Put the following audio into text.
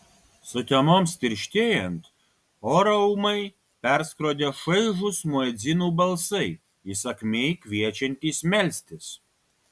sutemoms tirštėjant orą ūmai perskrodė šaižūs muedzinų balsai įsakmiai kviečiantys melstis